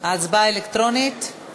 הצבעה אלקטרונית?